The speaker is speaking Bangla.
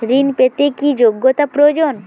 ঋণ পেতে কি যোগ্যতা প্রয়োজন?